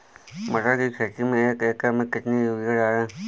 मटर की खेती में एक एकड़ में कितनी यूरिया डालें?